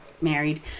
married